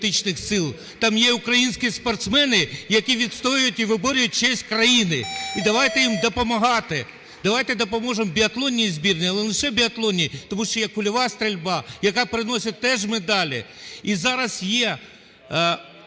там є українські спортсмени, які відстоюють і виборюють честь країни, і давайте їм допомагати, давайте допоможемо біатлонній збірній, не лише біатлонній, тому що є кульова стрільба, яка приносить теж медалі. І зараз є